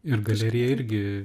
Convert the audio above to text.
ir galerija irgi